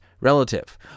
relative